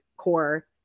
core